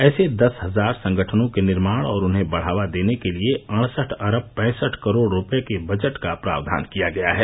ऐसे दस हजार संगठनों के निर्माण और उन्हें बढावा देने के लिए अड़सठ अरब पैंसठ करोड रुपये के बजट का प्रावधान किया गया है